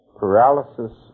paralysis